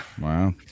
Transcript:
Wow